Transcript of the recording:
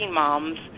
moms